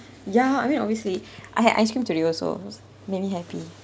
ya I mean obviously I had ice cream today also made me happy